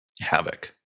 Havoc